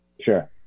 Sure